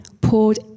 poured